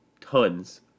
tons